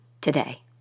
today